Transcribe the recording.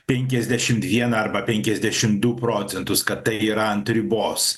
penkiasdešimt vieną arba penkiasdešim du procentus kad tai yra ant ribos